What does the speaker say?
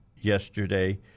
yesterday